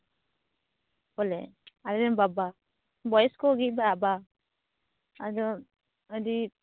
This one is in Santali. ᱵᱚᱞᱮ ᱟᱹᱞᱤᱧ ᱨᱮᱱ ᱵᱟᱵᱟ ᱵᱚᱭᱚᱥᱠᱚ ᱜᱮᱭᱟᱭ ᱵᱟᱵᱟ ᱟᱫᱚ ᱟᱹᱰᱤ